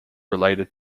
related